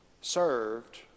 served